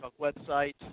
website